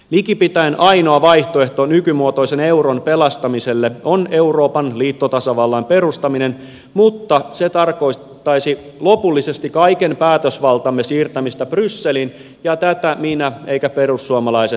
likipitäen ainoa vaihtoehto nykymuotoisen euron pelastamiselle on euroopan liittotasavallan perustaminen mutta se tarkoittaisi lopullisesti kaiken päätösvaltamme siirtämistä brysseliin ja tätä en minä eivätkä perussuomalaiset tule hyväksymään